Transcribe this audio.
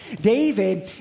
David